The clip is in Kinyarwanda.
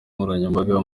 nkoranyambaga